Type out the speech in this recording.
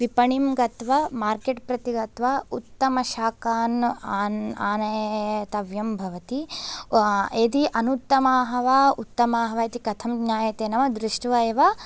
विपणिं गत्वा मार्केट् प्रति गत्वा उत्तमशाकान् आन् आनेतव्यं भवति यदि अनुत्तमाः वा उत्तमाः वा इति कथं ज्ञायते न वा दृष्ट्वा एव